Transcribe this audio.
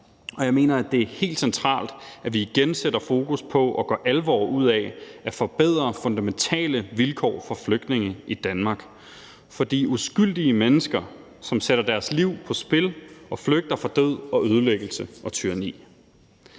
og jeg mener, at det er helt centralt, at vi igen sætter fokus på og gør alvor ud af at forbedre fundamentale vilkår for flygtninge i Danmark, for det er uskyldige mennesker, der sætter deres liv på spil og flygter fra død og ødelæggelse og tyranni.